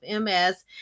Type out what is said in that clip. MS